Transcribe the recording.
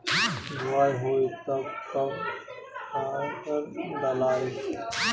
बोआई होई तब कब खादार डालाई?